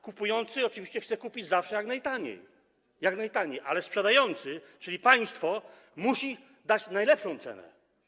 Kupujący oczywiście chce kupić zawsze jak najtaniej, ale sprzedający, czyli państwo, musi dać najlepszą cenę.